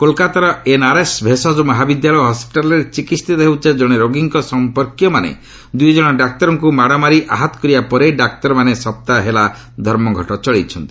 କୋଲ୍କାତାର NRS ଭେଷକ ମହାବିଦ୍ୟାଳୟ ଓ ହସିଟାଲ୍ରେ ଚିକିିିତ ହେଉଥିବା ଜଣେ ରୋଗୀଙ୍କ ସମ୍ପର୍କୀୟମାନେ ଦୁଇ ଜଣ ଡାକ୍ତରଙ୍କୁ ମାଡ଼ ମାରି ଆହତ କରିବା ପରେ ଡାକ୍ତରମାନେ ସପ୍ତାହେ ହେଲା ଧର୍ମଘଟ ଚଳାଇଛନ୍ତି